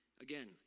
Again